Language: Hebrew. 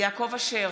יעקב אשר,